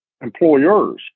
employers